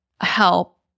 help